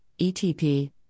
ETP